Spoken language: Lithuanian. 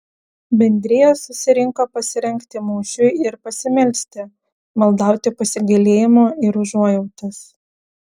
bendrija susirinko pasirengti mūšiui ir pasimelsti maldauti pasigailėjimo ir užuojautos